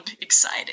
excited